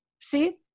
See